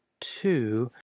two